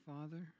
Father